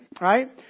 right